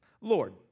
lord